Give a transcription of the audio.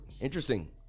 Interesting